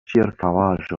ĉirkaŭaĵo